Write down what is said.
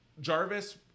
Jarvis